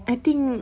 I think